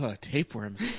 tapeworms